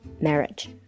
marriage